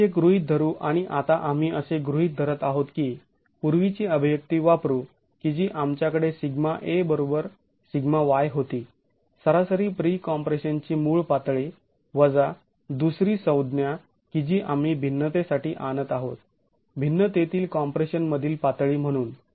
आम्ही ते गृहीत धरू आणि आता आम्ही असे गृहीत धरत आहोत की पूर्वीची अभिव्यक्ती वापरु की जी आमच्याकडे σa बरोबर σy होती सरासरी प्री कॉम्प्रेशन ची मूळ पातळी वजा दुसरी संज्ञा जी आम्ही भिन्नतेसाठी आणत आहोत भिन्नतेतील कॉम्प्रेशन मधील पातळी म्हणून